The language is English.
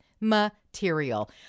material